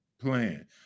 plan